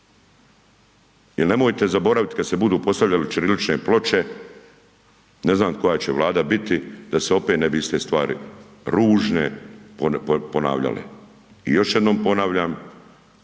Jer, nemojte zaboraviti kad se budu postavljale ćirilične ploče, ne znam koja će Vlada biti, da se opet ne bi iste stvari, ružne ponavljale. I još jednom ponavljam,